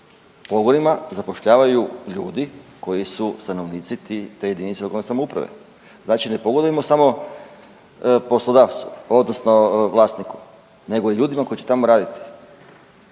pogonima zapošljavaju ljudi koji su stanovnici te jedinice lokalne samouprave. Znači ne pogodujemo samo poslodavcu, odnosno vlasniku, nego i ljudima koji će tamo raditi.